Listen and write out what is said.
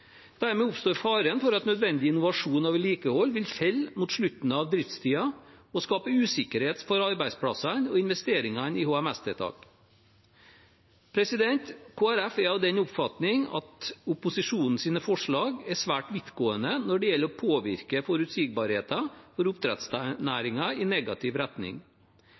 Dermed oppstår faren for at nødvendig innovasjon og vedlikehold vil falle mot slutten av driftstiden og skape usikkerhet for arbeidsplassene og investeringene i HMS-tiltak. Kristelig Folkeparti er av den oppfatning at opposisjonens forslag er svært vidtgående når det gjelder å påvirke forutsigbarheten for oppdrettsnæringen i negativ retning.